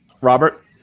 robert